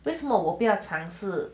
为什么我不要尝试